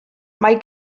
mae